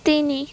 ତିନି